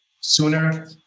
sooner